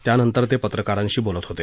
त्यानंतर ते पत्रकारांशी बोलत होते